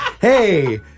hey